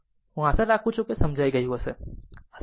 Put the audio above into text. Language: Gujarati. હું આશા રાખું છું કે આ સમજાઈ ગયું હશે